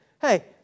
Hey